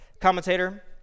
commentator